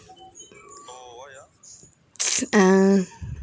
uh